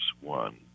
one